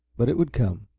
but it would come.